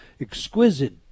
exquisite